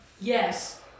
Yes